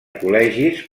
col·legis